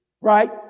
Right